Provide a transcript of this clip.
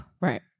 Right